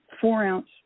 four-ounce